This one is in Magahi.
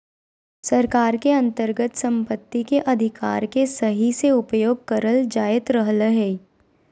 सरकार के अन्तर्गत सम्पत्ति के अधिकार के सही से उपयोग करल जायत रहलय हें